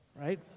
right